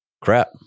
crap